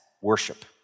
worship